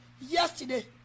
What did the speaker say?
yesterday